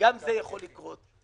גם זה יכול לקרות.